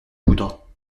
poudre